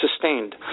sustained